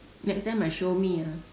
next time must show me ah